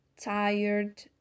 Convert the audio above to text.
tired